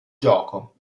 gioco